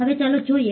હવે ચાલો જોઈએ